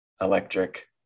electric